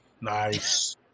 Nice